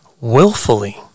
willfully